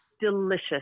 delicious